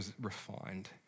refined